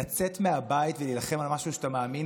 לצאת מהבית ולהילחם על משהו שאתה מאמין